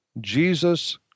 Jesus